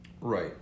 Right